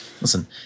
Listen